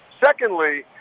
Secondly